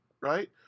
right